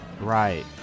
Right